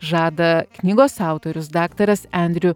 žada knygos autorius daktaras endriu